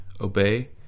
obey